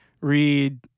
read